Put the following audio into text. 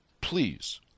Please